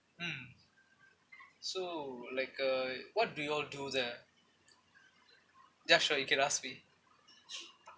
mm so like uh what do you all do there ya sure you can ask me